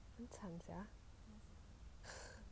很惨 sia